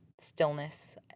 stillness